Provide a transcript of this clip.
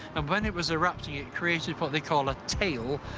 and when it was erupting it created what they call a tail,